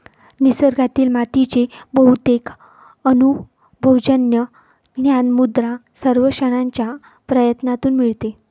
निसर्गातील मातीचे बहुतेक अनुभवजन्य ज्ञान मृदा सर्वेक्षणाच्या प्रयत्नांतून मिळते